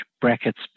brackets